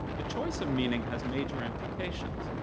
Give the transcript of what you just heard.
the choice of meaning has major implications.